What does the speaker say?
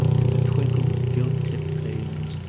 in the twinkle of gilt-tipped palings,